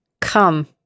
Come